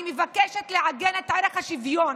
אני מבקשת לעגן את ערך השוויון.